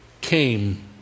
came